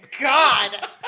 god